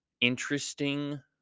interesting